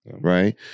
right